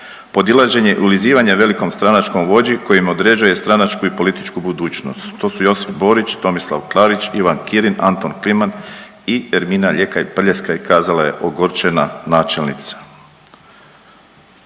podilaženje, ulizivanje velikom stranačkom vođi koji im određuje stranačku i političku budućnost, to su Josip Borić, Tomislav Klarić, Ivan Kirin, Anton Kliman i Ermina Ljekar Prljaskaj“, kazala je ogorčena načelnica.